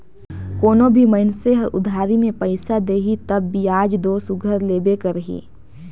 कोनो भी मइनसे हर उधारी में पइसा देही तब बियाज दो सुग्घर लेबे करही